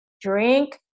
drink